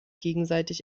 gegenseitig